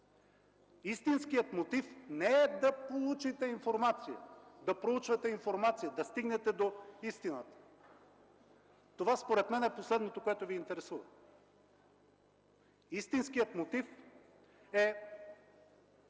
Истинският мотив не е да получите информация, да проучвате информация, да стигнете до истината – това според мен е последното, което Ви интересува, истинският мотив е